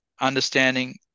understanding